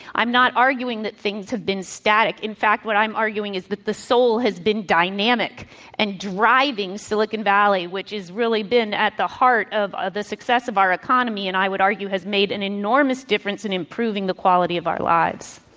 i'm not arguing that things have been static. in fact, what i'm arguing is that the soul has been dynamic and driving silicon valley, which has really been at the heart of of the success of our economy and, i would argue, has made an enormous difference in improving the quality of our lives.